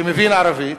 שמבין ערבית,